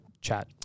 chat